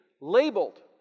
labeled